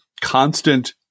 constant